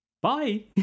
Bye